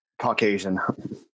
Caucasian